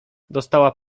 dostała